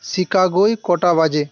শিকাগোয় কটা বাজে